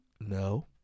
No